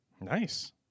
Nice